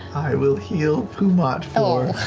will heal pumat for